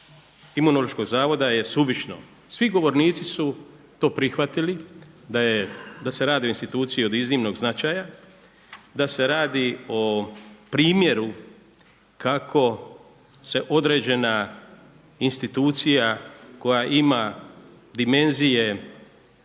Imunološkog zavoda je suvišno. Svi govornici su to prihvatili da se radi o instituciji od iznimnog značaja, da se radi o primjeru kako se određena institucija koja ima dimenzije